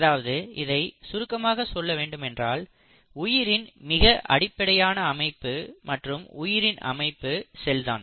அதாவது இதை சுருக்கமாக சொல்ல வேண்டுமென்றால் உயிரின் மிக அடிப்படையான அமைப்பு மற்றும் உயிரின் அமைப்பு செல் தான்